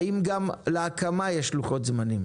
האם גם לסופיות ההקמה יש לוחות זמנים?